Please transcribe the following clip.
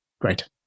Great